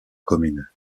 commune